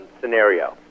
scenario